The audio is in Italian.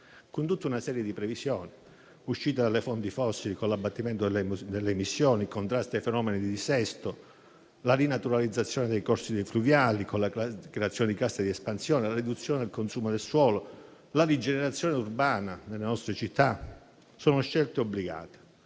con tutta una serie di previsioni: l'uscita dalle fonti fossili con l'abbattimento delle emissioni, il contrasto ai fenomeni di dissesto, la rinaturalizzazione dei corsi fluviali, con la creazione di casse di espansione, la riduzione del consumo del suolo, la rigenerazione urbana nelle nostre città. Sono scelte obbligate.